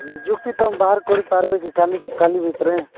ନିଯୁକ୍ତି ତମେ ବାହାର କରିପାରବେ କି କାଲି କାଲି ଭିତରେ